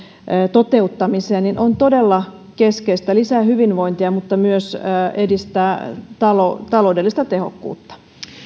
toteuttamiseen on todella keskeistä se lisää hyvinvointia mutta myös edistää taloudellista tehokkuutta